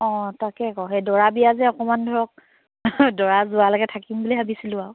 অ তাকে আকৌ দৰাৰ বিয়া যে অকণমান ধৰক দৰা যোৱালৈকে থাকিম বুলি ভাবিছিলোঁ আৰু